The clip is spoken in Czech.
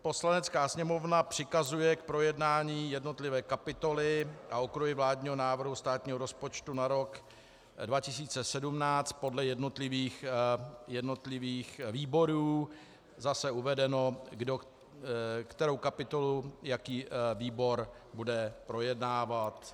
Poslanecká sněmovna přikazuje k projednání jednotlivé kapitoly a okruhy vládního návrhu státního rozpočtu na rok 2017 podle jednotlivých výborů, zase uvedeno, kterou kapitolu jaký výbor bude projednávat.